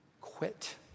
quit